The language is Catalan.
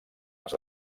les